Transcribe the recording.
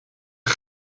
een